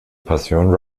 passion